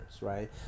right